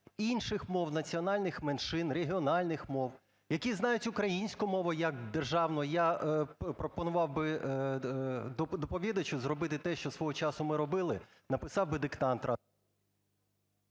інших мов національних меншин, регіональних мов, які знають українську мову як державну. Я пропонував би доповідачу зробити те, що свого часу ми робили, написав би диктант…